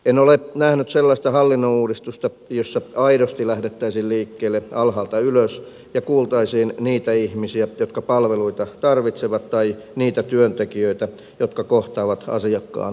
en ole nähnyt sellaista hallinnonuudistusta jossa aidosti lähdettäisiin liikkeelle alhaalta ylös ja kuultaisiin niitä ihmisiä jotka palveluita tarvitsevat tai niitä työntekijöitä jotka kohtaavat asiakkaan kasvoista kasvoihin